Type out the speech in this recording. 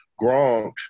Gronk